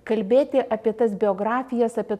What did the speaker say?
kalbėti apie tas biografijas apie